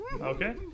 Okay